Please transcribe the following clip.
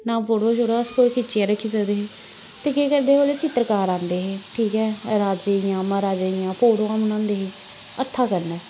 ना फोटुआं शोटुआं अस कोई खिच्चियै रक्खी सकदे हे ते केह् करदे हे ओह्दे चित्तरकार आंदे हे ठीक ऐ राज़ें दियां म्हाराज़ें दियां फोटोआं बनांदे हे हत्था कन्नै